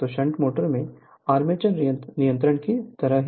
तो shunt motor में armature नियंत्रण की तरह होगा